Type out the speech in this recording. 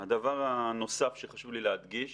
הדבר הנוסף שחשוב לי להדגיש